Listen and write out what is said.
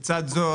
לצד זאת,